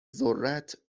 ذرت